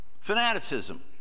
Fanaticism